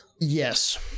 yes